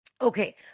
Okay